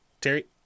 Terry